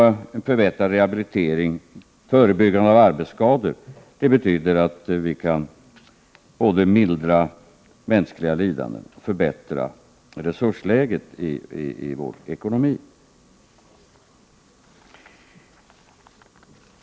En förbättrad rehabilitering och förebyggande av arbetsskador betyder att vi kan både mildra det mänskliga lidandet och förbättra resursläget i vår ekonomi.